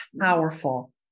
powerful